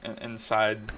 inside